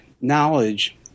knowledge